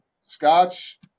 scotch